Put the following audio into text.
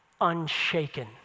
unshaken